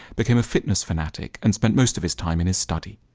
became a fitness fanatic and spent most of his time in his study.